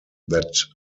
that